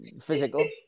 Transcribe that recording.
physical